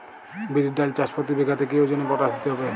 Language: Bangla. বিরির ডাল চাষ প্রতি বিঘাতে কি ওজনে পটাশ দিতে হবে?